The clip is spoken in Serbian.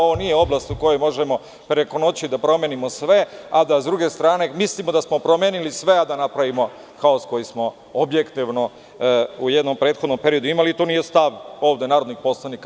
Ovo nije oblast u kojoj možemo preko noći da promenimo sve, a da sa druge strane mislimo da smo promenili sve a da napravimo haos koji smo objektivno u jednom prethodnom periodu imali i to nije stav narodnih poslanika.